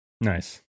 Nice